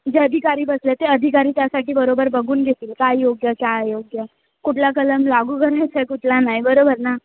जे अधिकारी बसले ते अधिकारी त्यासाठी बरोबर बघून घेतील काय योग्य काय अयोग्य कुठला कलम लागू करायचा आहे कुठला नाही बरोबर ना